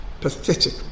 pathetic